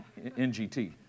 NGT